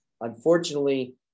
Unfortunately